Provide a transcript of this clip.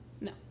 No